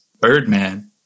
Birdman